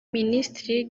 minisitiri